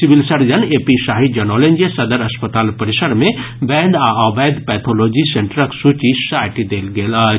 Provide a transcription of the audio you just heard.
civil surgeon doctor A P Shahi जनौलनि जे सदर अस्पताल परिसर मे वैध आ अवैध पैथोलॉजी सेंटरक सूची साटि देल गेल अछि